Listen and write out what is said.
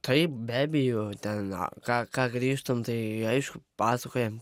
taip be abejo ten ką ką grįžtant tai aišku pasakojam